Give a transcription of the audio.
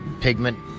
pigment